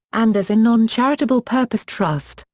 and as a non-charitable purpose trust,